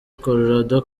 colorado